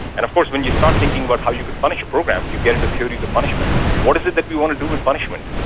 and of course when you start thinking about how you could punish a program you get into theories of punishment. what is it that we wanted to do with punishment?